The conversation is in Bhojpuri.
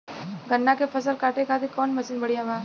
गन्ना के फसल कांटे खाती कवन मसीन बढ़ियां बा?